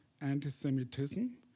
anti-semitism